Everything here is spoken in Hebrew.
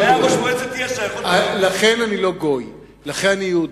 גוי, לכן אני יהודי.